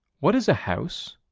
what is a house?